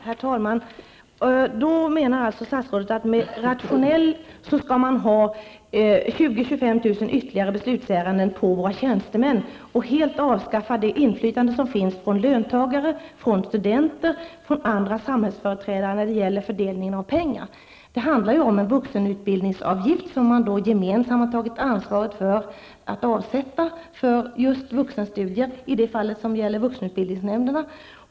Herr talman! Då menar alltså statsrådet att det är rationellt att lägga ytterligare mellan 20 000 och 25 000 beslutsärenden på våra tjänstemän och helt avskaffa det inflytande som löntagare, studenter och andra samhällsföreträdare har över fördelningen av pengar? Det handlar ju i det fall som gäller vuxenutbildningsnämnderna om en vuxenutbildningsavgift, som man gemensamt har tagit ansvaret för att avsätta för just vuxenstudier.